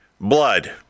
blood